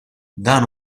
dan